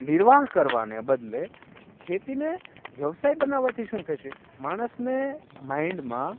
નિર્વાહ કરવાને બદલે ખેતીને વ્યવસાય બનાવાથી શું થશે માણસને માઈન્ડમાં